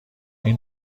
این